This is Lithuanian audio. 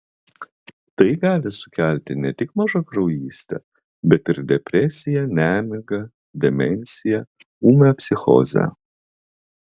tai gali sukelti ne tik mažakraujystę bet ir depresiją nemigą demenciją ūmią psichozę